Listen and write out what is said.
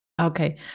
Okay